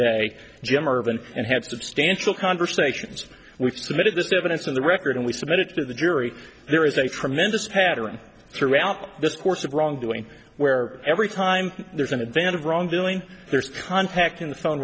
day jim irvin and had substantial conversations we've submitted this evidence of the record and we submitted to the jury there is a tremendous pattern throughout this course of wrongdoing where every time there's an advantage of wrongdoing there's contact in the phone